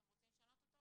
אתם רוצים לשנות אותו?